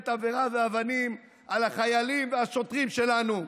תבערה ואבנים על החיילים ועל השוטרים שלנו.